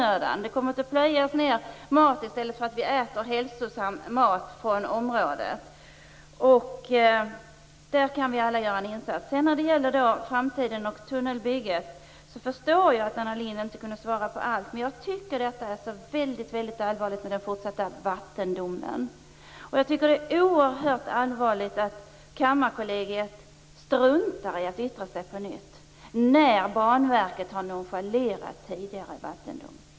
Hälsosam mat från området kommer att plöjas ned i stället för att vi äter den. Där kan vi alla göra en insats. Jag förstår att Anna Lindh inte kunde svara på alla frågor om framtiden och tunnelbygget, men jag tycker att detta med den fortsatta vattendomen är mycket allvarligt. Jag tycker att det är oerhört allvarligt att Kammarkollegiet struntar i att yttra sig på nytt när Banverket har nonchalerat tidigare vattendom.